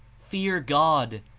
fear god,